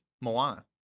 moana